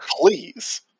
please